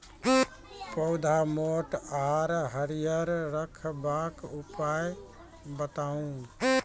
पौधा मोट आर हरियर रखबाक उपाय बताऊ?